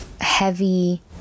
heavy